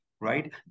right